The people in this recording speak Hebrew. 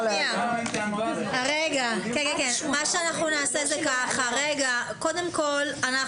מה שאנחנו נעשה זה ככה: קודם כל אנחנו